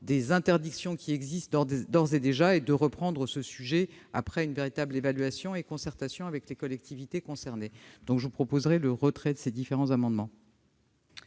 des interdictions qui existent déjà et de reprendre ce sujet après une véritable évaluation et une concertation avec les collectivités concernées. Le Gouvernement demande donc le retrait de ces différents amendements.